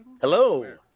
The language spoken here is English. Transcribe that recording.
Hello